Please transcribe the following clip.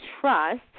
trust